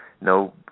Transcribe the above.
no